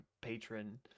patron